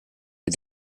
les